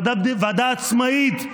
ועדה עצמאית,